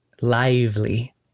lively